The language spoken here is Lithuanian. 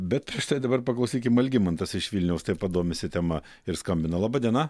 bet štai dabar paklausykim algimantas iš vilniaus taip pat domisi tema ir skambina laba diena